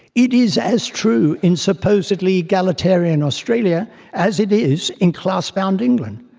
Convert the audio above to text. it is as true in supposedly egalitarian australia as it is in class-bound england.